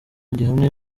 gihamya